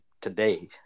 today